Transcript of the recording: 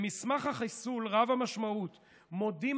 --- במסמך החיסול רב-המשמעות מודים